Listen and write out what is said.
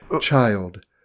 Child